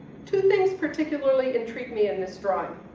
two things particularly intrigued me in this drawing.